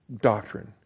doctrine